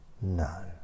No